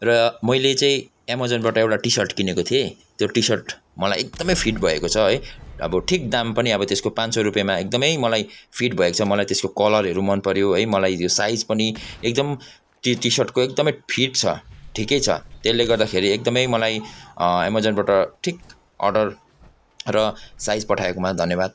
र मैले चाहिँ एमजनबाट एउटा टी सर्ट किनेको थिएँ त्यो टी सर्ट मलाई एकदमै फिट भएको छ है अब ठिक दाम पनि अब त्यसको पाँच सौ रुपियाँमा एकदमै मलाई फिट भएछ मलाई त्यसको कलरहरू मन पऱ्यो है मलाई त्यो साइजपनि एकदम त्यो टी सर्टको एकदमै फिट छ ठिकै छत्यसले गर्दाखेरि एकदमै मलाई एमजनबाट ठिक अर्डर र साइज पठाएकोमा धन्यवाद